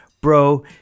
bro